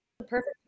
perfect